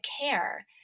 care